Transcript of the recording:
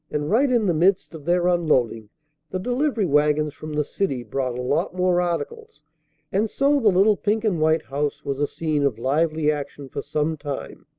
and right in the midst of their unloading the delivery-wagons from the city brought a lot more articles and so the little pink-and-white house was a scene of lively action for some time.